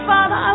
Father